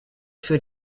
für